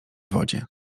wodzie